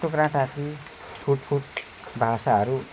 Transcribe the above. टुक्राटाक्री छुटफुट भाषाहरू